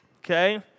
Okay